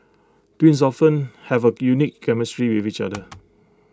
twins often have A unique chemistry with each other